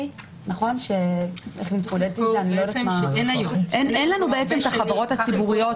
אין לנו בעצם את החברות הציבוריות.